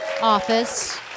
office